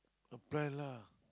apply lah